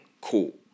Cool